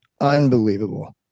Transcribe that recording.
Unbelievable